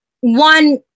one